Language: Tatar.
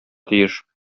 тиеш